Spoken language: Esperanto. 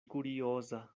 kurioza